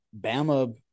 Bama